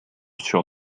sur